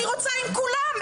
אני רוצה עם כולם,